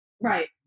Right